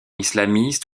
islamistes